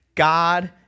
God